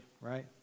right